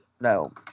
No